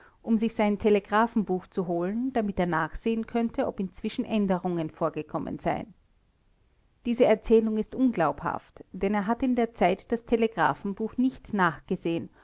um sich sein telegraphenbuch zu holen damit er nachsehen könnte ob inzwischen änderungen vorgekommen seien diese erzählung ist unglaubhaft denn er hat in der zeit das telegraphenbuch nicht nachgesehen